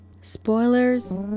spoilers